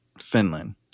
Finland